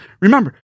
remember